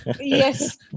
Yes